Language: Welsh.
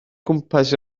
gwmpas